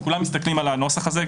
וכולם מסתכלים על הנוסח הזה,